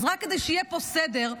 רק כדי שיהיה פה סדר,